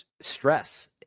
stress